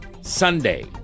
Sunday